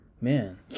man